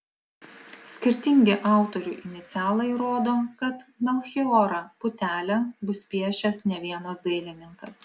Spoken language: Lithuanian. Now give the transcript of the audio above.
skirtingi autorių inicialai rodo kad melchijorą putelę bus piešęs ne vienas dailininkas